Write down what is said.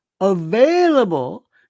available